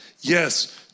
Yes